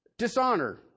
Dishonor